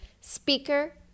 speaker